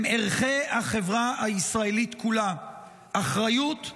הם ערכי החברה הישראלית כולה: אחריות,